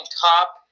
top